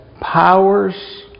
powers